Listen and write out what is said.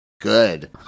Good